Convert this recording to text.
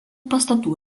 pastatų